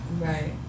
Right